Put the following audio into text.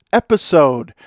episode